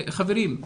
חברים,